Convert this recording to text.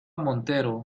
montero